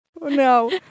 No